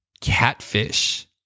Catfish